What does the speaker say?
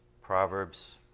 Proverbs